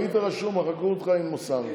היית רשום, מחקו אותך עם אוסאמה.